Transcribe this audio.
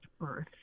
birth